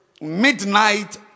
midnight